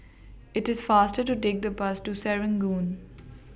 IT IS faster to Take The Bus to Serangoon